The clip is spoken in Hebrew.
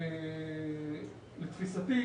לתפיסתי,